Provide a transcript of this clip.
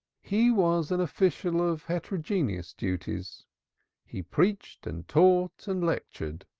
he was an official of heterogeneous duties he preached and taught and lectured.